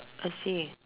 I see